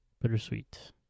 bittersweet